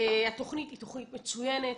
התוכנית היא תוכנית מצוינת,